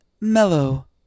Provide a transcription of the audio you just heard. mellow